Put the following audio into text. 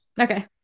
Okay